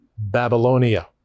Babylonia